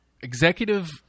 Executive